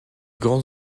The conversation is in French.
grands